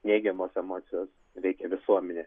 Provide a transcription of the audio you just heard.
neigiamos emocijos veikia visuomenę